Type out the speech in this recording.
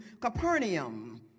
Capernaum